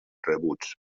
rebuts